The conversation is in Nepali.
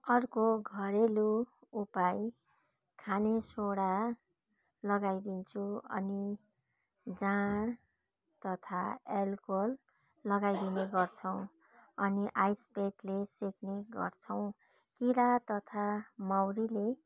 अर्को घरेलु उपाय खाने सोडा लगाइदिन्छु अनि जाँड तथा एल्कोहोल लगाइदिने गर्छौँ अनि आइसपेकले सेक्ने गर्छौँ किरा तथा मौरीले